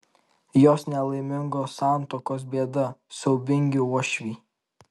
jos nelaimingos santuokos bėda siaubingi uošviai